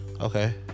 okay